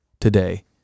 today